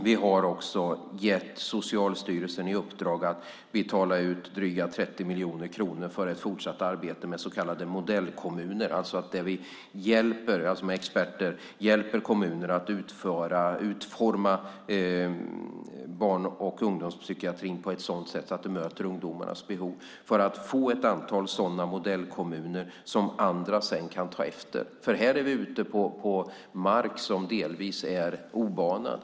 Vi har också gett Socialstyrelsen i uppdrag att betala ut drygt 30 miljoner kronor för fortsatt arbete med så kallade modellkommuner, där experter hjälper kommuner att utforma barn och ungdomspsykiatrin på ett sådant sätt att den möter ungdomarnas behov, för att få ett antal sådana modellkommuner som andra sedan kan ta efter. Här är vi ute på mark som delvis är obanad.